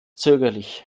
zögerlich